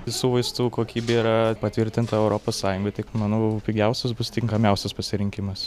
visų vaistų kokybė yra patvirtinta europos sąjungoj tik manau pigiausias bus tinkamiausias pasirinkimas